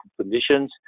conditions